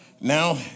Now